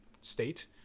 state